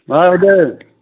मा खालामदों